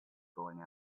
going